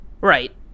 Right